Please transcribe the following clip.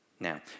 Now